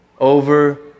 Over